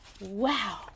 Wow